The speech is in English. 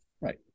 right